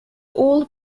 all